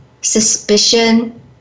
suspicion